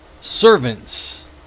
servants